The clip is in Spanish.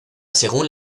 según